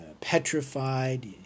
petrified